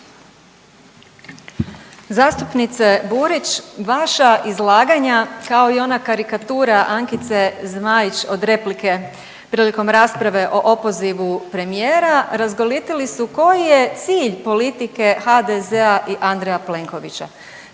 Zastupnice Burić vaša izlaganja kao i ona karikatura Ankice Zmaić od replike prilike rasprave o opozivu premijera razgolitili su koji je cilj politike HDZ-a i Andreja Plenkovića.